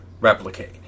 replicate